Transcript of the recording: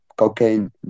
cocaine